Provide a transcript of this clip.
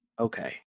Okay